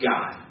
God